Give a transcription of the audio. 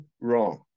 wrong